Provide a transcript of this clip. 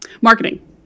Marketing